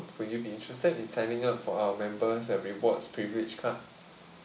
would you be interested in signing up for our members and rewards privilege card